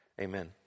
amen